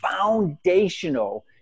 foundational